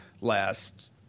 last